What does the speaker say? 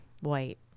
white